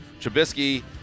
Trubisky